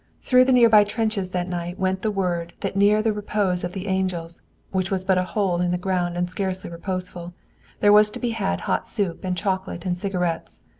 through the near-by trenches that night went the word that near the repose of the angels which was but a hole in the ground and scarcely reposeful there was to be had hot soup and chocolate and cigarettes.